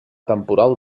temporal